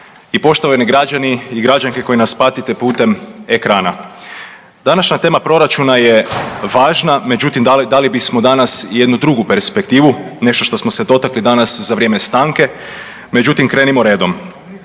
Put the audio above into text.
i poštovani građani i građanke koji nas pratite putem ekrana. Današnja tema proračuna je važna, međutim dali, dali bismo danas jednu drugu perspektivu, nešto što smo se dotakli danas za vrijeme stanke, međutim krenimo redom.